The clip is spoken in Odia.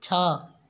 ଛଅ